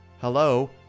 Hello